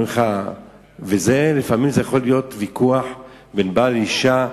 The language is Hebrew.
וזה יכול להיות לפעמים ויכוח בין בעל ואשה,